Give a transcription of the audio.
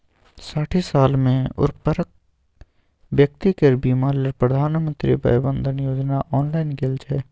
साठि साल सँ उपरक बेकती केर बीमा लेल प्रधानमंत्री बय बंदन योजना आनल गेल छै